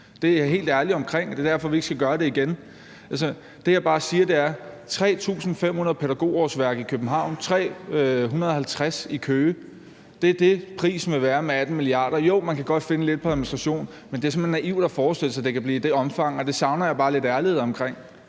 Det er jeg helt ærlig omkring, og det er derfor, vi ikke skal gøre det igen. Det, jeg bare siger, er, at det er 3.500 pædagogårsværk i København, 350 i Køge. Det er det, prisen vil være med de 18 mia. kr. Jo, man kan godt finde lidt på administration, men det er simpelt hen naivt at forestille sig, at det kan blive i det omfang. Og det savner jeg bare lidt ærlighed omkring.